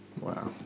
Wow